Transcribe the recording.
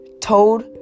told